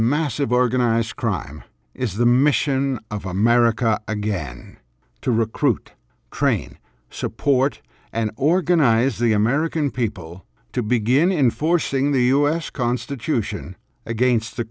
massive organized crime is the mission of america again to recruit train support and organize the american people to begin enforcing the us constitution against the